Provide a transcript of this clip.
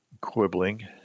quibbling